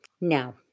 now